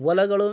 ಹೊಲಗಳು